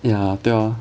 ya 对 lor